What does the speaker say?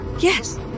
Yes